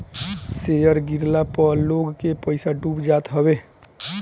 share गिरला पअ लोग के पईसा डूब जात हवे